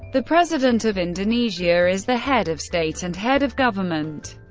the president of indonesia is the head of state and head of government,